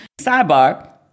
Sidebar